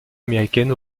américaine